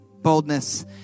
boldness